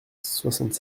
soixante